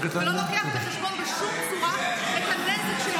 ולא לוקח בחשבון בשום צורה --- סגנית מזכיר הכנסת,